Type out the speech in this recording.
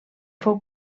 fou